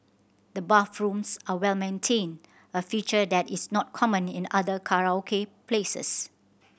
the bathrooms are well maintained a feature that is not common in other karaoke places